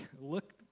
look